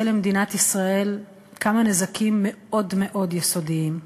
עושה למדינת ישראל כמה נזקים מאוד מאוד יסודיים.